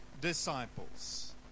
disciples